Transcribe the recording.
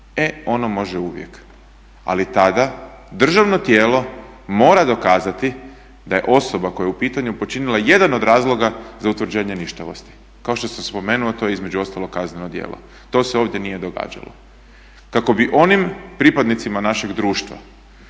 e ono može uvijek. Ali tada državno tijelo mora dokazati da je osoba koja je u pitanju počinila jedan od razloga za utvrđenje ništavosti, kao što sam spomenuo to je između ostalog kazneno djelo. To se ovdje nije događalo. Kako bi onim pripadnicima našeg društva